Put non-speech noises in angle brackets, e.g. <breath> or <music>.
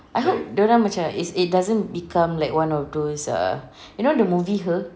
I hope dorang macam it's it doesn't become like one of those err <breath> you know the movie her